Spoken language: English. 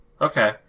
Okay